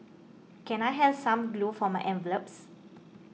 can I have some glue for my envelopes